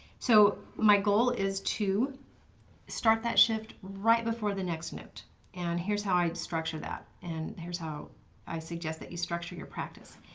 so my goal is to start that shift right before the next note and here's how i structure that and here's how i suggest that you structure your practice.